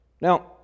Now